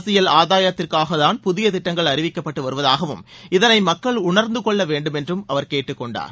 அரசியல் ஆதாயத்திற்காகத்தான் புதிய திட்டங்கள் அறிவிக்கப்பட்டு வருவதாகவும் இதனை மக்கள் உணர்ந்து கொள்ள வேண்டும் என்றும் அவர் கேட்டுக் கொண்டார்